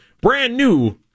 brand-new